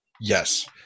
Yes